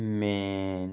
main